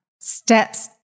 steps